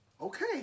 Okay